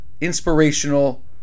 inspirational